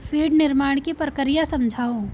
feed निर्माण की प्रक्रिया समझाओ